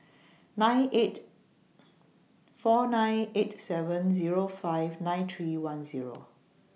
nine eight four nine eight seven Zero five nine three one Zero